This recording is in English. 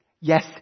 yes